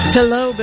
Hello